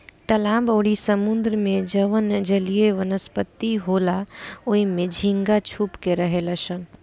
तालाब अउरी समुंद्र में जवन जलीय वनस्पति होला ओइमे झींगा छुप के रहेलसन